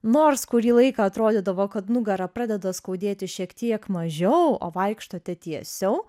nors kurį laiką atrodydavo kad nugarą pradeda skaudėti šiek tiek mažiau o vaikštote tiesiau